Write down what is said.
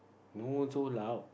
no so loud